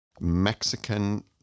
Mexican